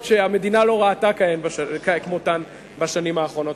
שהמדינה לא ראתה כמותן בשנים האחרונות.